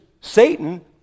Satan